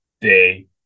day